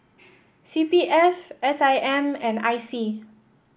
C P F S I M and I C